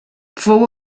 fou